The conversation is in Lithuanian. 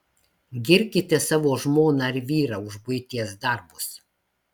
girkite savo žmoną ar vyrą už buities darbus